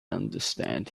understand